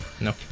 No